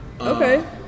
okay